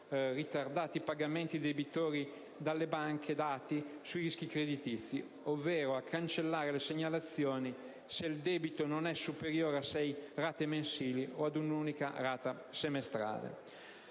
ritardati pagamenti dei debitori dalle banche dati sui rischi creditizi, ovvero a cancellare le segnalazioni se il debito non è superiore a sei rate mensili o a un'unica rata semestrale.